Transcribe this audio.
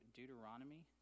Deuteronomy